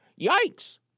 yikes